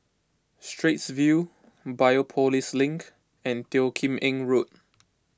Straits View Biopolis Link and Teo Kim Eng Road